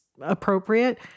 appropriate